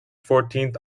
fourteenth